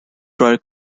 drier